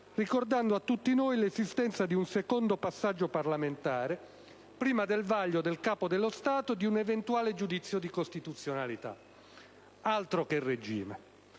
ricordando a tutti noi l'esistenza di un secondo passaggio parlamentare prima del vaglio del Capo dello Stato di un eventuale giudizio di costituzionalità: altro che regime.